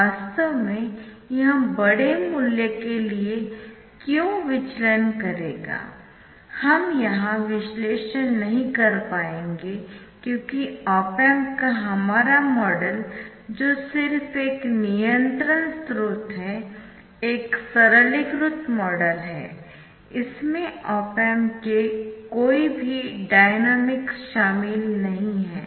वास्तव में यह बड़े मूल्य के लिए क्यों विचलन करेगा हम यहां विश्लेषण नहीं कर पाएंगे क्योंकि ऑप एम्प का हमारा मॉडल जो सिर्फ एक नियंत्रण स्रोत है एक सरलीकृत मॉडल है इसमें ऑप एम्प के कोई भी डायनामिक्स शामिल नहीं है